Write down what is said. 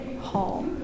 hall